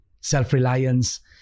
self-reliance